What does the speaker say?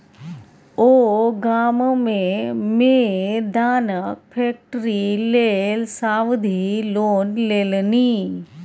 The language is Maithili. ओ गाममे मे दानाक फैक्ट्री लेल सावधि लोन लेलनि